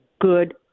good